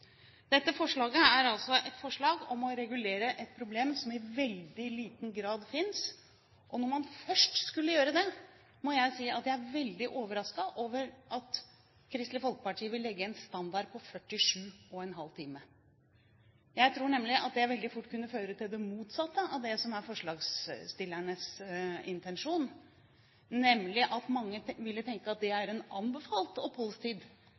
altså et forslag om å regulere et problem som i veldig liten grad fins. Når man først skulle gjøre det, må jeg si at jeg er veldig overrasket over at Kristelig Folkeparti vil legge en standard på 47,5 timer. Jeg tror at det veldig fort kunne føre til det motsatte av det som er forslagsstillernes intensjon, og at mange ville tenke at det